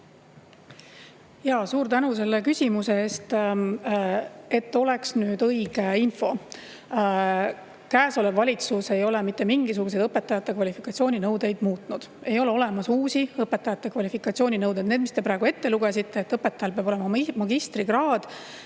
Suur tänu selle küsimuse eest! Et oleks õige info: käesolev valitsus ei ole mitte mingisuguseid õpetajate kvalifikatsiooninõudeid muutnud. Ei ole olemas uusi õpetajate kvalifikatsiooninõudeid. Need, mis te praegu ette lugesite, et õpetajal peab olema magistrikraad